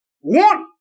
One